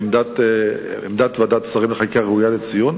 עמדת ועדת שרים לחקיקה ראויה לציון.